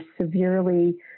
severely